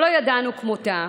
שלא ידענו כמותה,